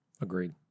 Agreed